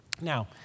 Now